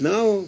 Now